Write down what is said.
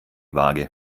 waage